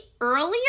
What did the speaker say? earlier